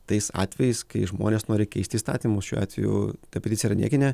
tais atvejais kai žmonės nori keisti įstatymus šiuo atveju ta peticija yra niekinė